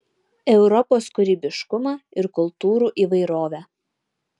europos kūrybiškumą ir kultūrų įvairovę